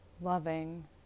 loving